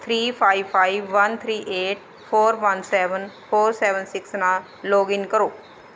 three five five one three eight four one seven four seven six ਨਾਲ login ਕਰੋ